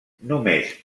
només